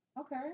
Okay